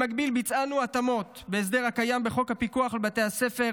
במקביל ביצענו התאמות בהסדר הקיים בחוק הפיקוח על בתי הספר,